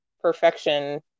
perfection